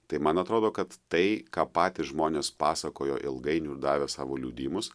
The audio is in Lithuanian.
tai man atrodo kad tai ką patys žmonės pasakojo ilgainiui davė savo liudijimus